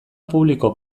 publiko